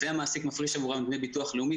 והמעסיק מפריש עבורם דמי ביטוח לאומי,